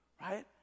right